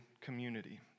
community